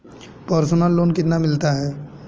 Personal loan कितना मिलता है?